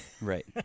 right